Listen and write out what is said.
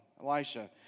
Elisha